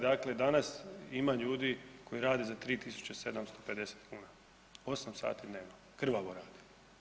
Dakle, danas ima ljudi koji rade za 3750 kn, 8 sati dnevno, krvavo rade.